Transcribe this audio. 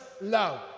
love